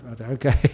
Okay